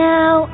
Now